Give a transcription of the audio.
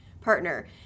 partner